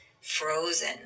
frozen